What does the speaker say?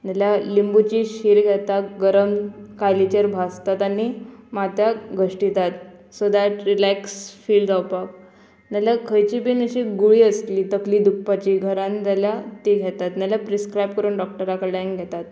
नाल्यार लिंबूची शीर घेतात गरम कालीचेर भाजतात आनी माथ्याक घश्टीतात सो दॅट रिलॅक्स फील जावपाक नाल्यार खंयची बीन अशी गुळी आसली तकली दुखपाची घरान जाल्यार ती घेतात नाल्यार प्रिस्क्रायब करून डॉक्टरा कडल्यान घेतात